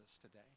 today